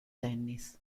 tennis